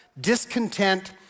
discontent